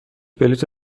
بلیط